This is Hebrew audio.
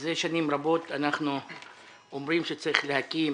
מזה שנים רבות אנחנו אומרים שצריך להקים